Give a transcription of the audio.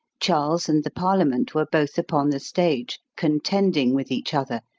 charles and the parliament were both upon the stage, contending with each other,